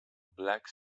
black